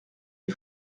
les